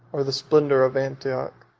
or the splendor of antioch,